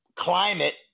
climate